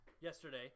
yesterday